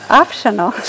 optional